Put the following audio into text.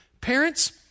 Parents